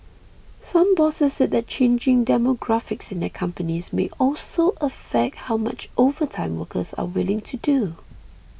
some bosses said that changing demographics in their companies may also affect how much overtime workers are willing to do